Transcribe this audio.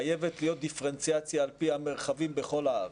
חייבת להיות דיפרנציאציה על פי המרחבים בכל הארץ,